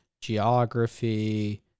geography